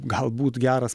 galbūt geras